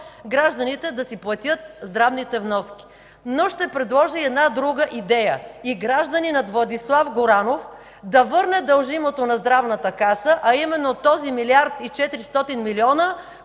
гражданите да си платят здравните вноски, но ще предложа и една друга идея – и гражданинът Владислав Горанов да върне дължимото на Здравната каса, а именно този 1 млрд. 400 милиона,